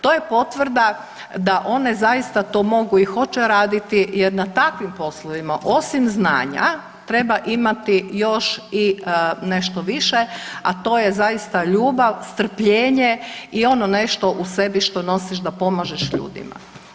To je potvrda one zaista to mogu i hoće raditi jer na takvim poslovima osim znanja treba imati još i nešto više, a to je zaista ljubav, strpljenje i ono nešto u sebi što nosiš da pomažeš ljudima.